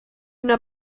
una